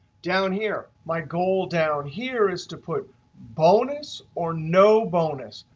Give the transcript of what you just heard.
down here, my goal down here is to put bonus or no bonus.